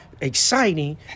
exciting